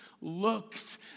looks